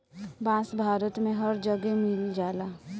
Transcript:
बांस भारत में हर जगे मिल जाला